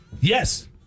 Yes